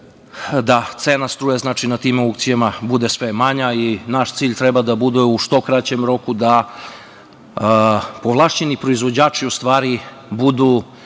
da cena struje na tim aukcijama bude što manja i naš cilj treba da bude da u što kraćem roku ovlašćeni proizvođači budu